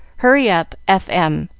hurry up. f m.